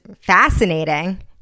fascinating